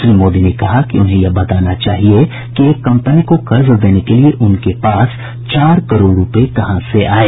श्री मोदी ने कहा कि उन्हें यह बताना चाहिए कि एक कंपनी को कर्ज देने के लिए उनके पास चार करोड़ रूपये कहां से आयें